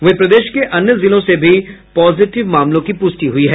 वहीं प्रदेश के अन्य जिलों से भी पॉजिटिव मामलों की प्रष्टि हुई है